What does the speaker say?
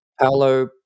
Paolo